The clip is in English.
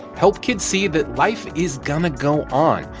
help kids see that life is going to go on,